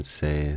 say